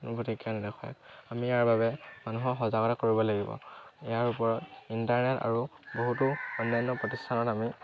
গতিকে কি কাৰণে হয় আমি ইয়াৰ বাবে মানুহক সজাগতা কৰিব লাগিব ইয়াৰ ওপৰত ইণ্টাৰনেট আৰু বহুতো অন্যান্য প্ৰতিষ্ঠানত আমি